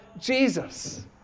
Jesus